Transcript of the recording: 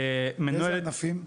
מנוהלת --- באיזה ענפים?